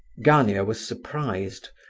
gania was surprised,